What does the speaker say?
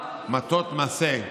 מטות-מסעי.